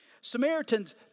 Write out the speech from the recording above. Samaritans